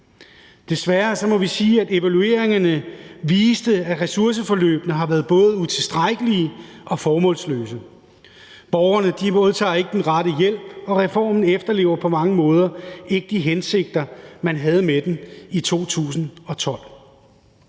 Desværre må vi sige, at evalueringerne viste, at ressourceforløbene har været både utilstrækkelige og formålsløse. Borgerne modtager ikke den rette hjælp, og reformen efterlever på mange måder ikke de hensigter, man havde med den i 2012.